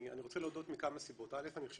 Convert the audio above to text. אני רוצה להודות מכמה סיבות,